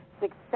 success